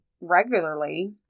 regularly